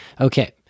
Okay